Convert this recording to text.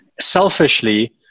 Selfishly